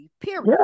Period